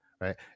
right